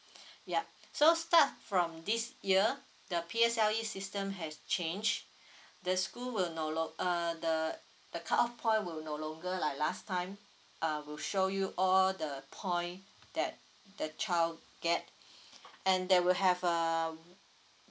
yup so start from this year the P_S_L_E system has changed the school will no long~ uh the the cut off point will no longer like last time uh will show you all the point that the child get and there will have a